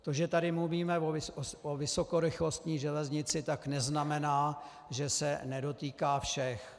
To, že tady mluvíme o vysokorychlostní železnici, tak neznamená, že se nedotýká všech.